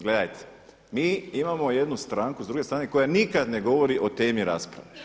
Gledajte mi imamo jednu stranku s druge strane koja nikada ne govori o temi rasprave.